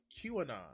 QAnon